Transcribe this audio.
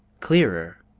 clearer!